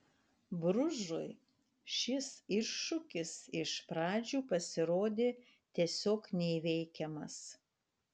bružui šis iššūkis iš pradžių pasirodė tiesiog neįveikiamas